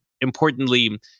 importantly